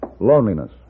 Loneliness